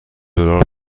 دلار